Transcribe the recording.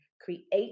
create